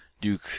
Duke